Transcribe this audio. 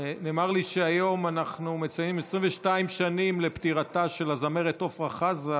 נאמר לי שהיום אנחנו מציינים 22 שנים לפטירתה של הזמרת עפרה חזה,